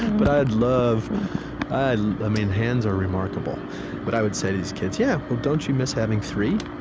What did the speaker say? but i would love i i mean, hands are remarkable but i would say to these kids, yeah. well, don't you miss having three?